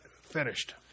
finished